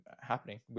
happening